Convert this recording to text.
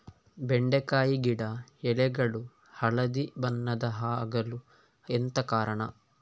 ಬೆಂಡೆಕಾಯಿ ಗಿಡ ಎಲೆಗಳು ಹಳದಿ ಬಣ್ಣದ ಆಗಲು ಎಂತ ಕಾರಣ?